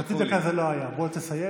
חצי דקה זה לא היה, בוא תסיים.